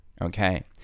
okay